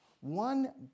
one